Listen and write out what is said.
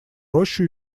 рощу